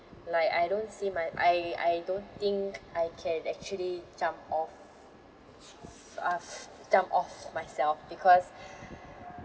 like I don't see my I I don't think I can actually jump off uh jump off myself because